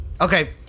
Okay